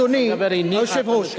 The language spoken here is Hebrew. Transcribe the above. אדוני היושב-ראש,